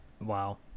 Wow